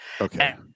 Okay